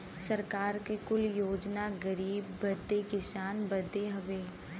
सरकार के कुल योजना गरीब बदे किसान बदे हउवे